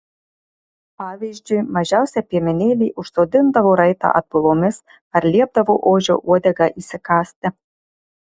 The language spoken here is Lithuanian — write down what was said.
pavyzdžiui mažiausią piemenėlį užsodindavo raitą atbulomis ar liepdavo ožio uodegą įsikąsti